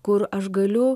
kur aš galiu